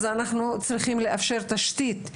אז אנחנו צריכים לאפשר תשתית,